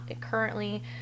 currently